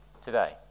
today